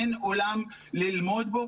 אין אולם ללמוד בו.